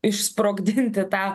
išsprogdinti tą